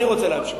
אני רוצה להמשיך.